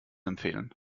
empfehlen